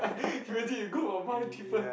imagine you go on